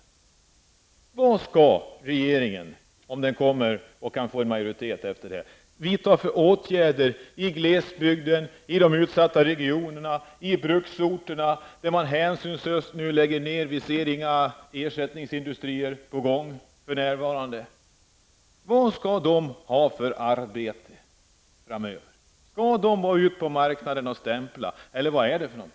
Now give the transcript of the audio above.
Vilka åtgärder skall regeringen, om den kan få majoritet, vidta i glesbygden, i de utsatta regionerna, i bruksorterna, där man hänsynslöst lägger ned verksamheten? Vi ser inte att några ersättningsindustrier är på gång för närvarande. Vad skall människorna arbeta med framöver? Skall de gå ut på marknaden och stämpla, eller vad är det fråga om?